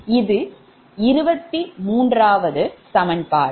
இது 23 சமன்பாடு